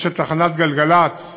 יש תחנת גלגלצ,